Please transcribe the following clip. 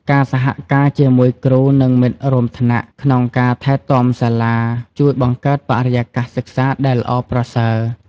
ការសហការជាមួយគ្រូ និងមិត្តរួមថ្នាក់ក្នុងការថែទាំសាលា ជួយបង្កើតបរិយាកាសសិក្សាដែលល្អប្រសើរ។